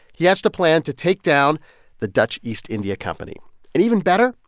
he hatched a plan to take down the dutch east india company and, even better,